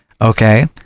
okay